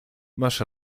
masz